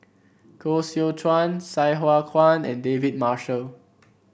Koh Seow Chuan Sai Hua Kuan and David Marshall